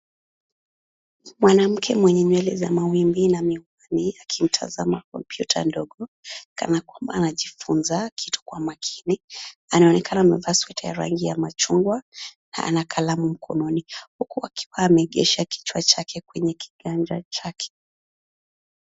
Mwanamke mwenye nywele za mawimbi na miwani, akitazama kompyuta ndogo, kana kwamba anajifunza kitu kwa makini. Anaonekana amevaa sweta ya rangi ya machungwa na ana kalamu mkononi ,huku akiwa ameegesha kichwa chake kwenye kiganja chake.